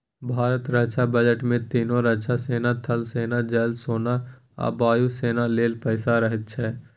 भारतक रक्षा बजट मे तीनों रक्षा सेना थल सेना, जल सेना आ वायु सेना लेल पैसा रहैत छै